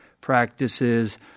practices